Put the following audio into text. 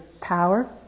power